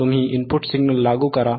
तुम्ही input signal लागू करा